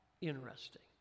interesting